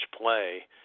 play